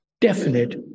definite